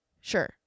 sure